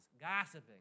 gossiping